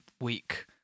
week